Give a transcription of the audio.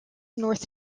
north